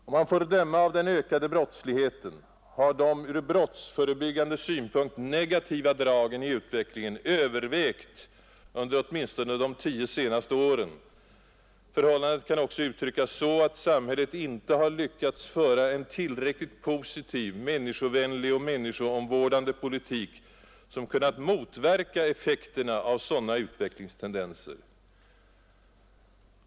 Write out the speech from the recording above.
Om man får döma av den ökade brottsligheten, har de ur brottsförebyggande synpunkt negativa dragen i utvecklingen övervägt under åtminstone de tio senaste åren. Förhållandet kan också uttryckas så, att samhället inte har lyckats föra en tillräckligt positiv, människovänlig och människoomvårdande politik, som kunnat motverka effekterna av sådana utvecklingstendenser.